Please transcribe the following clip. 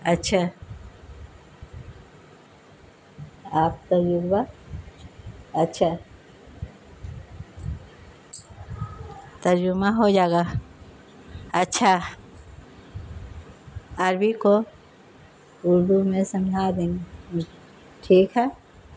اچھا آپ اچھا ترجمہ ہو جائے گا اچھا عربی کو اردو میں سمجھا دیں گے ٹھیک ہے